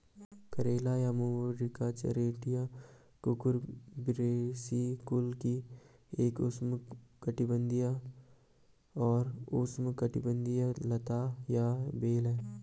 करेला या Momordica charantia Cucurbitaceae कुल की एक उष्णकटिबंधीय और उपोष्णकटिबंधीय लता या बेल है